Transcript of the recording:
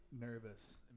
nervous